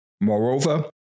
Moreover